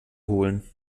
holen